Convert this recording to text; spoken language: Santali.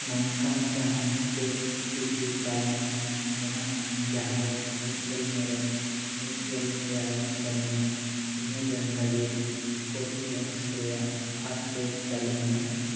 ᱱᱚᱝᱠᱟᱱ ᱡᱟᱦᱟᱸᱱ ᱯᱮᱰ ᱴᱤᱠᱤᱛ ᱛᱟᱞᱚᱢ ᱢᱮᱱᱟᱜᱼᱟ ᱡᱟᱦᱟᱸ ᱨᱮ ᱢᱤᱫᱜᱮᱞ ᱢᱚᱬᱮ ᱢᱤᱫᱜᱮᱞ ᱮᱭᱟᱭ ᱥᱮᱨᱢᱟ ᱩᱢᱮᱨᱮᱱ ᱞᱟᱹᱜᱤᱫ ᱠᱳᱨᱵᱤᱵᱷᱮᱠᱥ ᱨᱮᱭᱟᱜ ᱯᱷᱟᱥᱴ ᱰᱳᱡᱽ ᱞᱟᱹᱞᱩ ᱢᱮᱱᱟᱜᱼᱟ